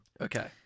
Okay